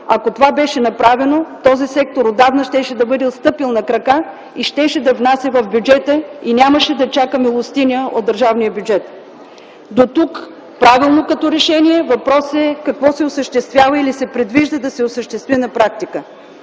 Ако това беше направено, този сектор отдавна щеше да е стъпил на крака и да внася в бюджета, а нямаше да чака милостиня от държавния бюджет. Дотук, правилно като решение, въпросът е: какво се осъществява или се предвижда да се осъществи на практика?